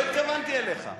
לא התכוונתי אליך.